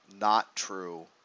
not-true